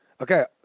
Okay